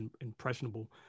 impressionable